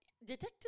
Detective